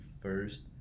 first